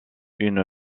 une